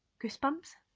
goosebumps?